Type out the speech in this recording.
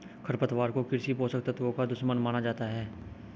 खरपतवार को कृषि पोषक तत्वों का दुश्मन माना जाता है